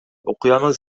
окуянын